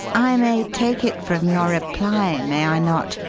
i may take it from your reply, may i not,